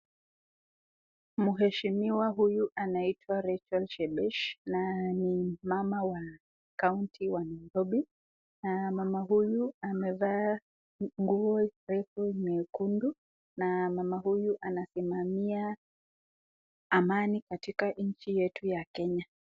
Mheshimiwa huyu anaitwa reachel chebesh na ni mama wa county wa nairobi, na mama huyu amevaa nguo refu nyekundu na mama huyu anasimamia amani katika nchi yetu ya Kenya.